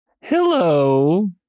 hello